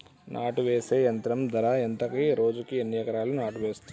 నాటు వేసే యంత్రం ధర ఎంత రోజుకి ఎన్ని ఎకరాలు నాటు వేస్తుంది?